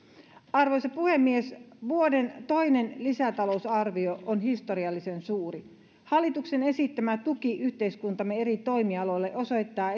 arvoisa puhemies vuoden toinen lisätalousarvio on historiallisen suuri hallituksen esittämä tuki yhteiskuntamme eri toimialoille osoittaa